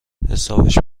حسابش